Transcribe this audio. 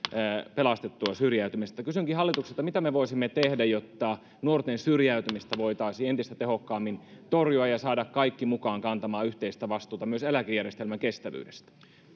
pelastettua syrjäytymiseltä kysynkin hallitukselta mitä me voisimme tehdä jotta nuorten syrjäytymistä voitaisiin entistä tehokkaammin torjua ja saada kaikki mukaan kantamaan yhteistä vastuuta myös eläkejärjestelmän kestävyydestä